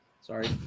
Sorry